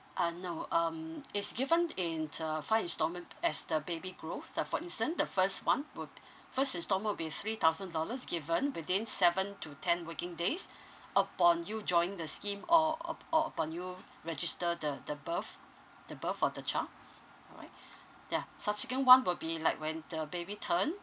uh no um it's given in uh five installment as the baby grow like for instance the first one would first installment will be three thousand dollars given within seven to ten working days upon you joining the scheme or up~ or upon you register the the birth the birth of the child all right yeah subsequent one will be like when the baby turn